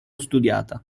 studiata